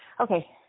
Okay